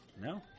No